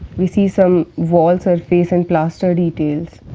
we see some wall surface and plaster details.